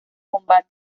combates